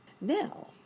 Now